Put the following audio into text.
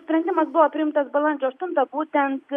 sprendimas buvo priimtas balandžio aštuntą būtent